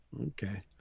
Okay